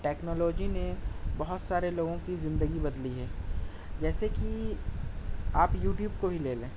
technology نے بہت سارے لوگوں کی زندگی بدلی ہے جیسے کہ آپ یوٹیوب کو ہی لے لیں